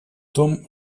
том